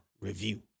review